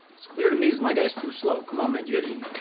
it's clear to me is my guy's too slow come on man you gotta eat